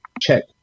Check